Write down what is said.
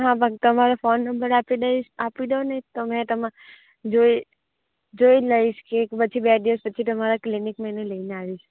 હા પણ તમારો ફોન નંબર આપી દઈશ આપી દ્યોને તમે તમારો જોઈ લઈશ કે એક કે પછી બે દિવસ પછી તમારા ક્લિનિકમાં એને લઈને આવીશ